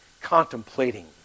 contemplating